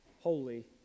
holy